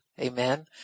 Amen